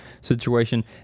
situation